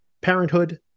parenthood